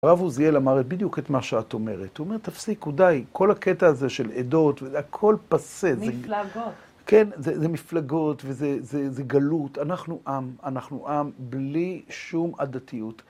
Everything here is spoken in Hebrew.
הרב עוזיאל אמר את... בדיוק את מה שאת אומרת, הוא אומר, תפסיקו, די, כל הקטע הזה של עדות, ו... זה הכל פסה. זה... מפלגות. כן, זה מפלגות, וזה... זה... זה גלות. אנחנו עם, אנחנו עם בלי שום עדתיות.